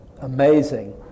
amazing